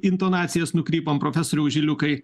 intonacijos nukrypom profesoriau žiliukai